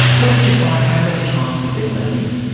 what did you find? how many trials have there been?